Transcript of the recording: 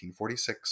1946